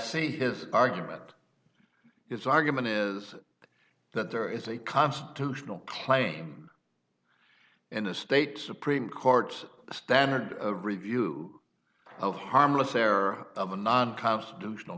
see his argument its argument is that there is a constitutional claim in a state supreme court's standard of review of harmless error of a non constitutional